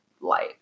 light